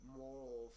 moral